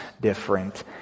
different